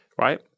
right